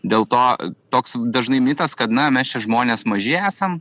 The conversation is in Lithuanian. dėl to toks dažnai mitas kad na mes čia žmonės maži esam